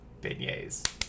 beignets